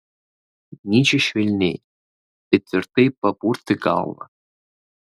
nyčė švelniai bet tvirtai papurtė galvą